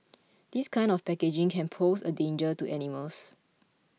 this kind of packaging can pose a danger to animals